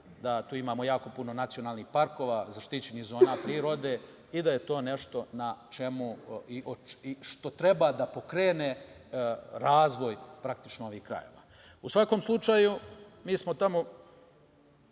da tu imamo jako puno nacionalnih parkova, zaštićeni zona prirode i da je to nešto što treba da pokrene razvoj ovih krajeva.U svakom slučaju, mi smo tamo